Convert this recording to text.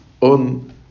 on